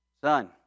Son